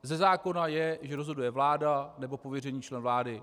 Ze zákona je, že rozhoduje vláda nebo pověřený člen vlády.